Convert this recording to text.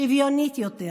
שוויונית יותר,